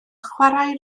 chwarae